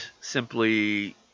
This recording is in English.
simply